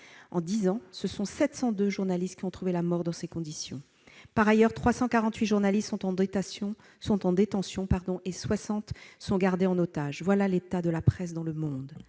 En dix ans, ce sont 702 journalistes qui ont trouvé la mort dans ces conditions. Par ailleurs, 348 journalistes sont en détention et 60 gardés en otage. Voilà l'état de la presse dans le monde